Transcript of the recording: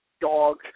dog